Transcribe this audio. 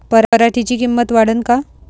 पराटीची किंमत वाढन का?